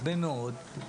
הרבה מאוד,